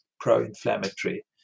pro-inflammatory